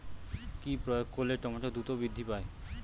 কি প্রয়োগ করলে টমেটো দ্রুত বৃদ্ধি পায়?